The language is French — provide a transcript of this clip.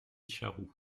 charroux